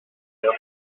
heure